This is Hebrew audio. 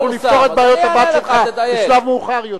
אנחנו נפתור את בעיות הבת שלך בשלב מאוחר יותר.